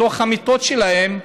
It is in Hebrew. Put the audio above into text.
בתוך המיטות שלהם.